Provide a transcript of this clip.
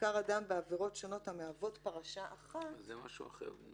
"נחקר אדם בעבירות שונות המהוות פרשה אחת" -- זה משהו אחר.